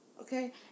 Okay